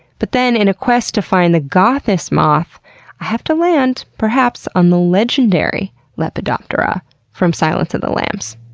but then, in a quest to find the gothest moth, i have to land, perhaps, on the legendary lepidoptera from silence of the lambs.